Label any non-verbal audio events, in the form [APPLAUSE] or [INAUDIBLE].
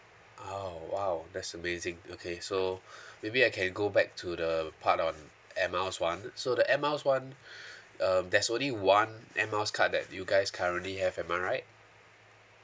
oh !wow! that's amazing okay so [BREATH] maybe I can go back to the part on air miles one so the air miles one [BREATH] um there's only one air miles card that you guys currently have am I right